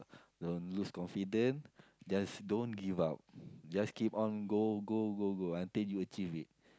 don't lose confident just don't give up just keep on go go go go until you achieve it